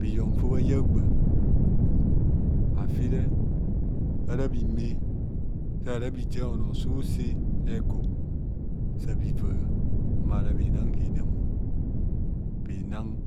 Bhiyon fa bha aya agba afire ara bhime sara bhi jia onoo oso ose egor sa bhiva ma bhinang hrnam